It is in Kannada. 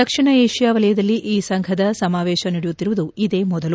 ದಕ್ಷಿಣ ಏಷ್ಯಾ ವಲಯದಲ್ಲಿ ಈ ಸಂಘದ ಸಮಾವೇಶ ನಡೆಯುತ್ತಿರುವುದು ಇದೇ ಮೊದಲು